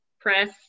press